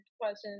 questions